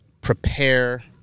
prepare